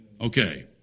Okay